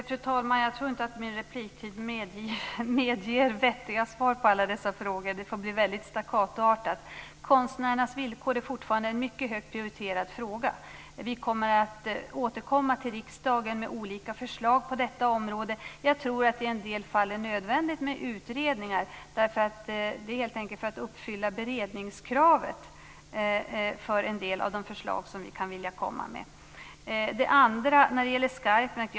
Fru talman! Jag tror inte att min repliktid medger vettiga svar på alla dessa frågor. Det får bli stackatoartat. Konstnärernas villkor är fortfarande en mycket högt prioriterad fråga. Vi kommer att återkomma till riksdagen med olika förslag på detta område. Jag tror att det i en del fall är nödvändigt med utredningar helt enkelt för att uppfylla beredningskravet för en del av de förslag som vi kan vilja lägga fram. Sedan var det Skarpnäck.